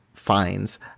Fines